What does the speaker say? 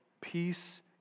peace